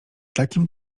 takim